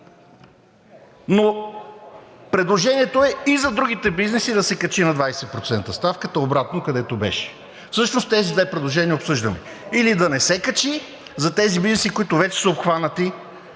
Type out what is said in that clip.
Но предложението е и за другите бизнеси да се качи на 20% ставката обратно, където беше. Всъщност тези две предложения обсъждаме – или да не се качи за тези бизнеси, които вече са обхванати,